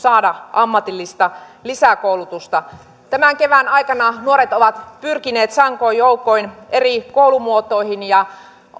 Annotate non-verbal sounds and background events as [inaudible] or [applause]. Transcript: [unintelligible] saada ammatillista lisäkoulutusta tämän kevään aikana nuoret ovat pyrkineet sankoin joukoin eri koulumuotoihin ja